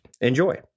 Enjoy